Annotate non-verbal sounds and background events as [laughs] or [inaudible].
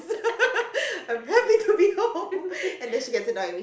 [laughs] I'm happy to be home and she gets annoyed at me